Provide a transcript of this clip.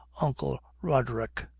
uncle roderick.